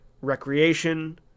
recreation